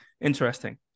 interesting